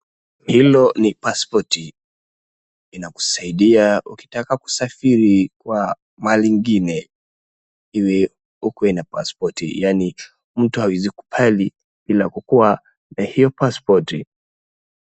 Hilo ni pasipoti. Linakusaidia ukitaka kusafiri kwa mahali ingine iwe ukuwe na paspoti yani mtu hawezi kubali bila kukuwa na hiyo pasipoti.